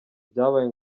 byabaye